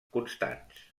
constants